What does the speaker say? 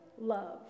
love